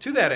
to that